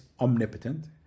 omnipotent